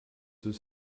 was